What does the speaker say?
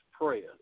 prayer